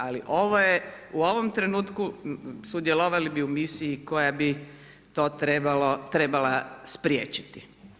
Ali ovo je u ovom trenutku sudjelovali bi u misiji koja bi to trebala spriječiti.